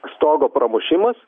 stogo pramušimas